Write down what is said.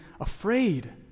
afraid